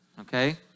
Okay